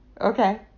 Okay